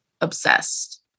obsessed